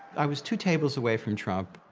i was two tables away from trump.